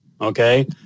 okay